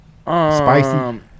Spicy